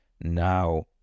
Now